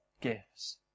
gives